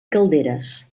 calderes